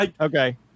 Okay